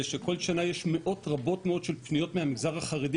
שבכל שנה יש מאות רבות של פניות מהמגזר החרדי.